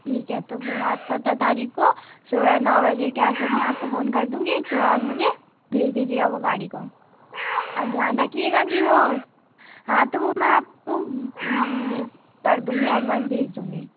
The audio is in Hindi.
ठीक है तो फिर आप सत्रह तारीख़ को सूबह नौ बजे के आस पास मैं आपको फ़ोन कर दूँगी तो आप मुझे भेज दीजिए अब वो गाड़ी को औ ध्यान रखिएगा कि वो हाँ तो वो मैं आपको मिर्च कर दूँगी एडभान्ड भेज दूँगी